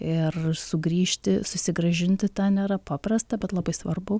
ir sugrįžti susigrąžinti tą nėra paprasta bet labai svarbu